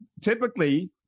typically